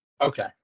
Okay